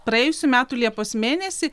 praėjusių metų liepos mėnesį